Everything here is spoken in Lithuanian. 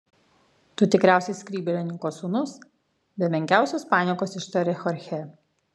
tu tikriausiai skrybėlininko sūnus be menkiausios paniekos ištarė chorchė